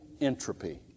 entropy